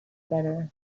better